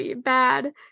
bad